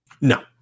No